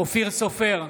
אופיר סופר,